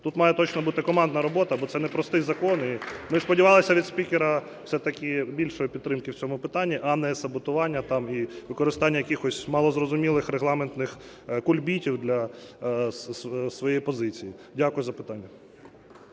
тут має точно бути командна робота, бо це непростий закон. І ми сподівалися від спікера все-таки більшої підтримки в цьому питанні, а не саботування і використання якихось малозрозумілих регламентних кульбітів для своєї позиції. Дякую за питання.